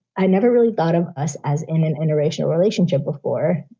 i never really thought of us as in an interracial relationship before.